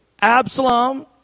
Absalom